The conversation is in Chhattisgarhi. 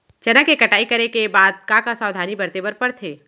चना के कटाई करे के बाद का का सावधानी बरते बर परथे?